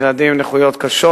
ילדים עם נכויות קשות.